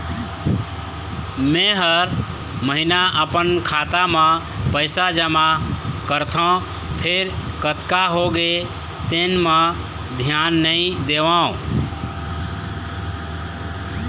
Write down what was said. मेंहा हर महिना अपन खाता म पइसा जमा करथँव फेर कतका होगे तेन म धियान नइ देवँव